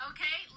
Okay